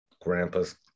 grandpa's